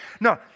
No